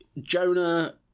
Jonah